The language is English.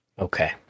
Okay